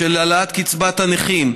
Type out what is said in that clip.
של העלאת קצבת הנכים,